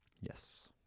Yes